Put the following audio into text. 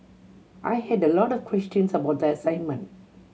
I had a lot of questions about the assignment